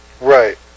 Right